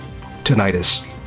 tinnitus